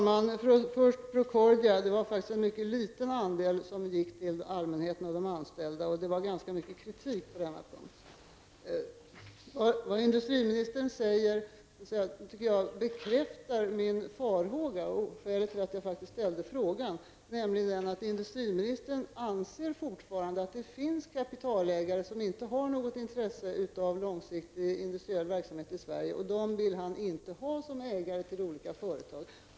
Herr talman! Det var faktiskt en mycket liten andel av aktierna i Procordia som gick till allmänheten och de anställda, och det förekom ganska mycket kritik på denna punkt. Vad industriministern säger tycker jag bekräftar min farhåga som var skälet till att jag ställde frågan, nämligen att industriministern fortfarande anser att det finns kapitalägare som inte har något intresse av långsiktig industriell verksamhet i Sverige. De vill han inte ha som ägare till olika företag.